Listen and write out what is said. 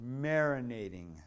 marinating